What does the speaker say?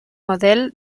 model